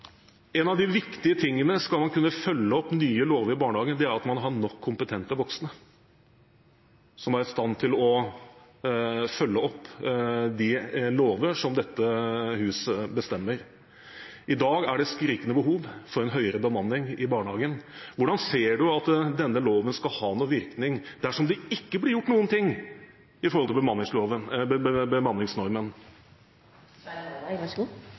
en av de viktige tingene hvis man skal kunne følge opp nye lover i barnehagen, er at man har nok kompetente voksne som er i stand til å følge opp de lover som dette huset vedtar. I dag er det et skrikende behov for en høyere bemanning i barnehagen. Hvordan ser man for seg at denne loven skal ha noen virkning dersom det ikke blir gjort noen ting i forhold til